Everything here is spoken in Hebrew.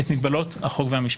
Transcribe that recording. את מגבלות החוק והמשפט.